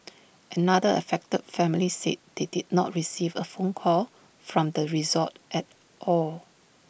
another affected family said they did not receive A phone call from the resort at all